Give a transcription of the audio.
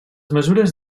mesures